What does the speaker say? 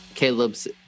Caleb's